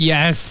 Yes